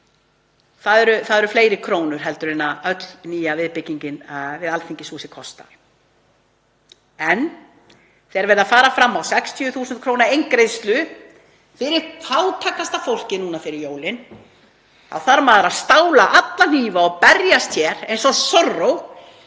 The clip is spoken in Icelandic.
það eru fleiri krónur en öll nýja viðbyggingin við Alþingishúsið kostar. En þegar verið er að fara fram á 60.000 kr. eingreiðslu fyrir fátækasta fólkið fyrir jólin þá þarf maður að stála alla hífa og berjast hér eins og Zorro